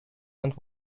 and